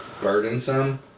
burdensome